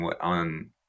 on